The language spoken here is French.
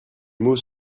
mots